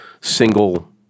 single